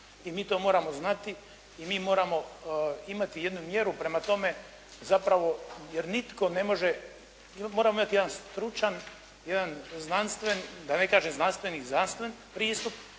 i mi to moramo znati i mi moramo imati jednu mjeru prema tome zapravo jer nitko ne može, moramo imati jedan stručan, jedan znanstven, da ne kažem znanstveni, znanstven pristup